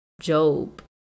Job